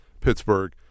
Pittsburgh